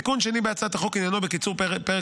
2. התיקון השני בהצעת החוק עניינו קיצור פרק